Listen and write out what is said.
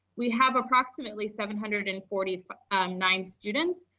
we have approximately seven hundred and forty nine students